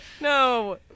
No